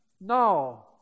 No